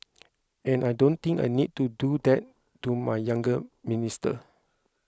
and I don't think I need to do that to my younger minister